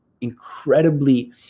incredibly